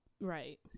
Right